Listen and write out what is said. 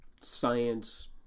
science